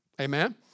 Amen